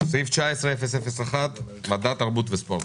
סעיף 19/001, מדע, תרבות וספורט.